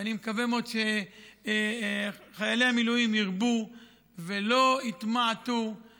ואני מקווה מאוד שחיילי המילואים יִרבו ולא יתמעטו,